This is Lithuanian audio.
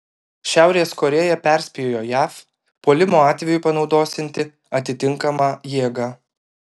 šiaurės korėja perspėjo jav puolimo atveju panaudosianti atitinkamą jėgą